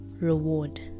reward